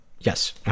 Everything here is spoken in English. Yes